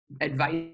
advice